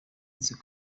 nzi